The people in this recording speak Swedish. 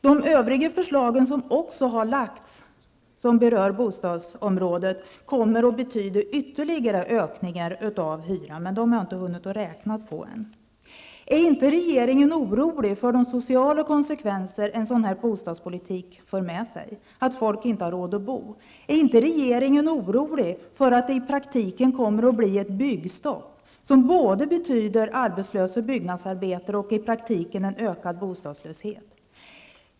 De övriga förslag som har lagts fram och som berör bostadsområdet kommer att betyda ytterligare höjningar av hyran. Dessa har jag emellertid inte hunnit räkna på än. Är regeringen inte orolig över de sociala konsekvenser som en sådan bostadspolitik för med sig, att folk inte har råd att bo? Är regeringen inte orolig över att det i praktiken kommer att bli ett byggstopp, vilket kommer att betyda både arbetslösa byggnadsarbetare och i praktiken en ökad bostadslöshet?